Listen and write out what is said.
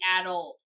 adult